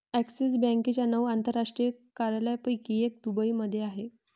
axis बँकेच्या नऊ आंतरराष्ट्रीय कार्यालयांपैकी एक दुबईमध्ये आहे